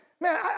Man